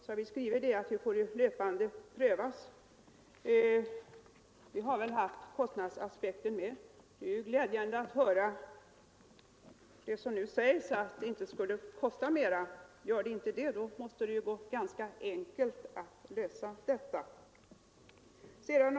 Vi har skrivit att detta får prövas löpande, och vi har då även haft kostnadsaspekten med. Det är ju glädjande att nu höra att en sådan anpassning inte skulle kosta mer. Är det på det sättet måste det vara genska enkelt att åstadkomma en lösning.